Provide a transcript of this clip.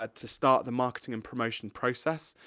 but to start the marketing and promotion process.